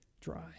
dry